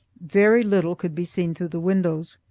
very little could be seen through the windows.